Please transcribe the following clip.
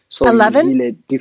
Eleven